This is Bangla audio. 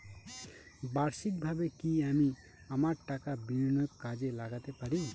বার্ষিকভাবে কি আমি আমার টাকা বিনিয়োগে কাজে লাগাতে পারি?